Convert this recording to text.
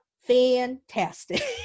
fantastic